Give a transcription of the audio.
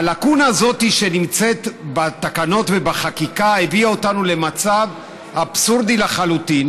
הלקונה הזאת בתקנות ובחקיקה הביאה אותנו למצב אבסורדי לחלוטין